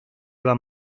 van